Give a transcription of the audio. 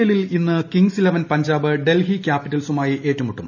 എല്ലിൽ ഇന്ന് Kings Eleven Punjab Delhi ക്യാപിറ്റൽസുമായി ഏറ്റുമുട്ടും